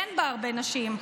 שאין בה הרבה נשים,